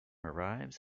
arrives